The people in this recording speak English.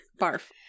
barf